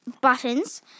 buttons